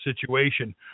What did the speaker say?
situation